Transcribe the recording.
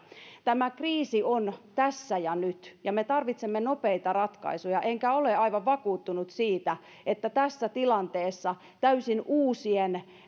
tämä kriisi on tässä ja nyt ja me tarvitsemme nopeita ratkaisuja enkä ole aivan vakuuttunut siitä että tässä tilanteessa täysin uusien